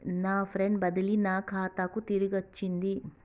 నా ఫండ్ బదిలీ నా ఖాతాకు తిరిగచ్చింది